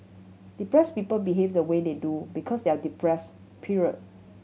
depress people behave the way they do because they are depress period